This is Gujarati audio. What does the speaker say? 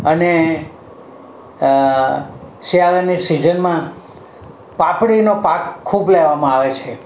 અને શિયાળાની સીઝનમાં કાકડીનો પાક ખૂબ લેવામાં આવે છે